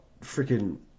freaking